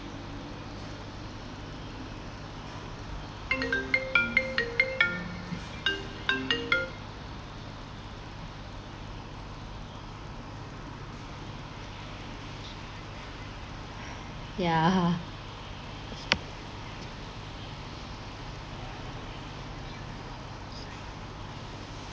ya